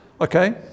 Okay